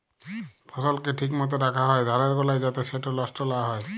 ফসলকে ঠিক মত রাখ্যা হ্যয় ধালের গলায় যাতে সেট লষ্ট লা হ্যয়